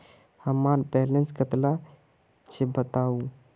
हमार बैलेंस कतला छेबताउ?